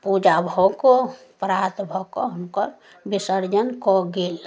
पूजा भऽ कऽ परात भऽ कऽ हुनकर विसर्जन कऽ गेल